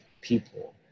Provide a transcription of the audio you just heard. people